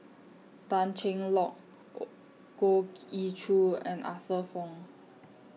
Tan Cheng Lock Goh Ee Choo and Arthur Fong